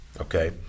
okay